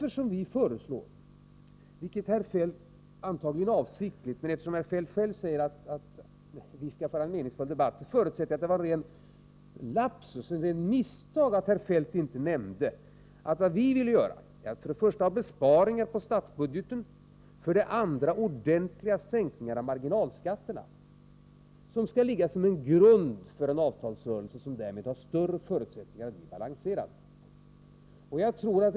Vi vill understryka detta faktum. Eftersom herr Feldt själv säger att vi skall föra en meningsfull debatt, förutsätter jag att det var ett rent misstag att han inte nämnde att vi moderater för det första vill ha besparingar i statsbudgeten och för det andra vill ha ordentliga sänkningar av marginalskatterna. En marginalskattesänkning skulle ligga som en grund för en avtalsrörelse, som därmed har större förutsättningar att bli balanserad.